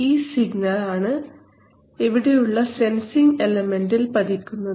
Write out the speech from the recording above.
ഈ സിഗ്നൽ ആണ് ഇവിടെയുള്ള സെൻസിംഗ് എലമെൻറിൽ പതിക്കുന്നത്